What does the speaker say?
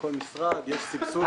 בכל משרד יש סבסוד.